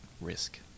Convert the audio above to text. risk